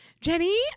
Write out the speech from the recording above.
Jenny